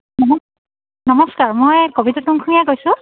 নম নমস্কাৰ মই কবিতা কৈছোঁ